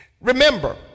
Remember